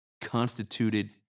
constituted